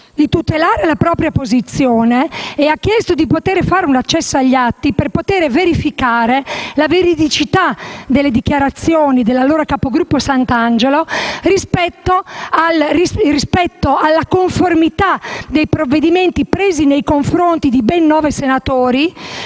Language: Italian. di tutelare la propria posizione e di poter accedere agli atti per verificare la veridicità delle dichiarazioni dell'allora capogruppo Santangelo sulla conformità dei provvedimenti presi nei confronti di ben nove senatori